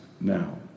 now